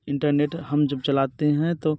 internet हम जब चलाते हैं तो